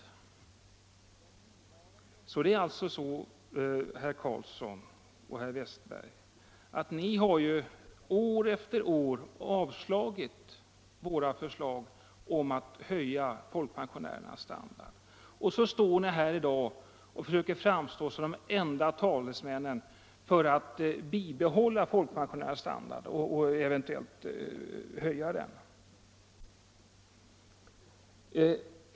Ni har, herr Carlsson i Vikmanshyttan och herr Westberg i Ljusdal, år efter år röstat mot våra förslag om en höjning av folkpensionärernas standard. Och så står ni här i dag och försöker framstå som de enda talesmännen för ett bibehållande och eventuell höjning av folkpensionärernas standard.